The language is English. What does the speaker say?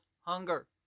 hunger